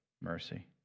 mercy